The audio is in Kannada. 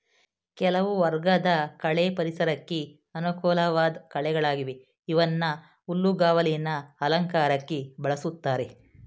ಕೆಲವು ವರ್ಗದ ಕಳೆ ಪರಿಸರಕ್ಕೆ ಅನುಕೂಲ್ವಾಧ್ ಕಳೆಗಳಾಗಿವೆ ಇವನ್ನ ಹುಲ್ಲುಗಾವಲಿನ ಅಲಂಕಾರಕ್ಕೆ ಬಳುಸ್ತಾರೆ